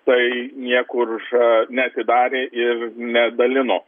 tai niekur ža neatidarė ir nedalino